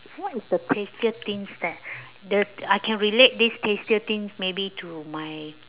what is the tastiest things that the I can relate this tastiest thing maybe to my